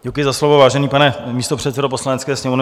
Děkuji za slovo, vážený pane místopředsedo Poslanecké sněmovny.